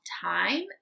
time